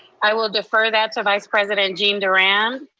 i will defer that to vice president, gene durand.